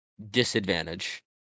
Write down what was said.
disadvantage